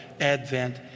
Advent